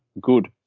good